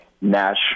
Nash